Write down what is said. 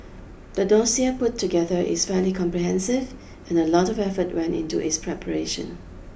the dossier put together is fairly comprehensive and a lot of effort went into its preparation